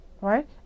right